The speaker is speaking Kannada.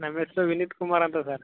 ನಮ್ಮ ಹೆಸರು ವಿನಿತ್ ಕುಮಾರ್ ಅಂತ ಸರ್